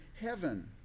heaven